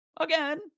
again